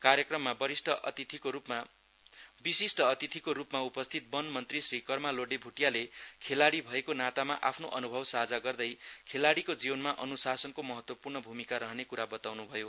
कार्यक्रममा विशिष्ठ अतिथिको रुपमा उपस्थित वन मन्त्री श्री कर्मालोडे भोटीयाले खेलाडी भएको नातामा आफ्नो अनुभव साझा गर्दै खेलाड़ीको जीवनमा अनुसासनको महत्वपूर्ण भूमिका रहने कुरा बताउनु भयो